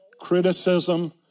criticism